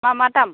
मा मा दाम